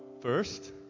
first